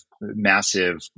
massive